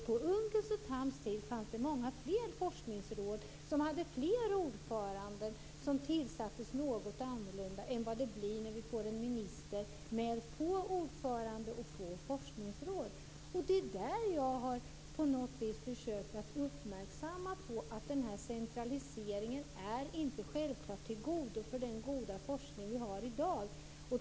På Unckels och Thams tid fanns det nämligen många fler forskningsråd som hade fler ordförande som tillsattes på ett något annorlunda sätt än fallet blir när vi får en minister med få ordförande och få forskningsråd. Jag har försökt uppmärksamma att centraliseringen inte självfallet är av godo för den goda forskning vi har i dag.